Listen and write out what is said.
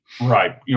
Right